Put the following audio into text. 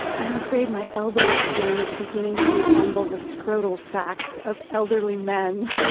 i'm afraid my elbow skin is beginning to resemble the scrotal sacs of elderly men.